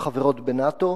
החברות בנאט"ו.